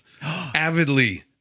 Avidly